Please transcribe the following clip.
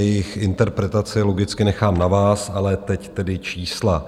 Jejich interpretaci logicky nechám na vás, ale teď tedy čísla.